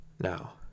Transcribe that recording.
now